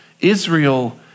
Israel